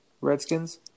Redskins